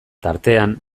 tartean